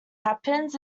happens